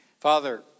Father